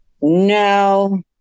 No